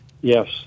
Yes